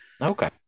okay